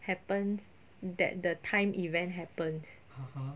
happens that the time event happens